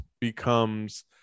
becomes